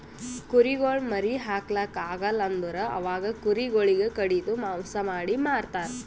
ಕುರಿಗೊಳ್ ಮರಿ ಹಾಕ್ಲಾಕ್ ಆಗಲ್ ಅಂದುರ್ ಅವಾಗ ಕುರಿ ಗೊಳಿಗ್ ಕಡಿದು ಮಾಂಸ ಮಾಡಿ ಮಾರ್ತರ್